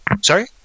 Sorry